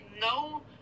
no